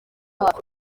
hafi